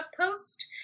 post